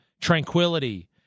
tranquility